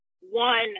one